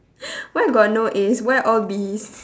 why got no As why all Bs